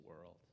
world